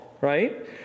right